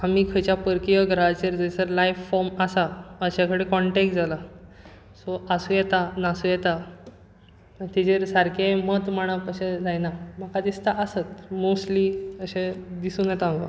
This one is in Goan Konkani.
आमी खंयच्या परकीय ग्रहाचेर जयसर लाइफ फॉर्म आसा अश्या कडेन कोन्टेक्ट जालासो आसूं येता नासू येता तेजेर सारके मत मांडप अशें जायना म्हाका दिसता आसत मोस्ट्ली अशें दिसून येता म्हाका